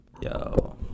Yo